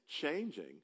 changing